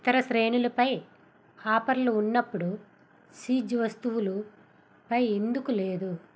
ఇతర శ్రేణులపై ఆఫర్లు ఉన్నప్పుడు చీజ్ వస్తువులుపై ఎందుకు లేదు